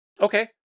Okay